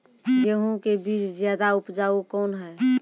गेहूँ के बीज ज्यादा उपजाऊ कौन है?